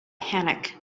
panic